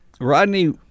Rodney